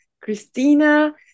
Christina